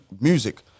music